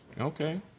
Okay